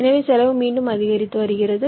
எனவே செலவு மீண்டும் அதிகரித்து வருகிறது